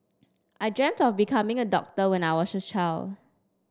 I dreamt of becoming a doctor when I was a child